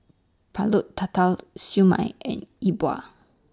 Pulut Tatal Siew Mai and Yi Bua